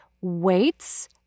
weights